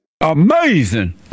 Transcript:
Amazing